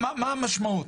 מה המשמעות?